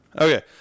Okay